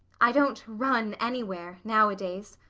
i don't run anywhere, nowadays.